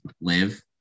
live